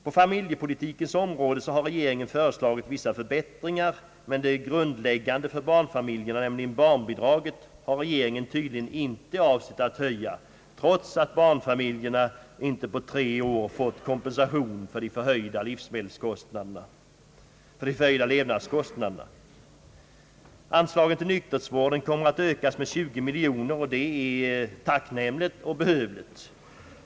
På familjepolitikens område har regeringen föreslagit vissa förbättringar, men det grundläggande för barnfamiljerna, nämligen barnbidraget, har regeringen tydligen inte avsett att höja, trots att barnfamiljerna inte på tre år fått kompensation för de förhöjda levnadskostnaderna. Anslagen till nykterhetsvården kommer att ökas med 20 miljoner, och det är tacknämligt och behövligt.